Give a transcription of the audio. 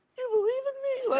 you believe in me?